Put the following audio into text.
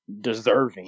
deserving